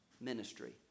ministry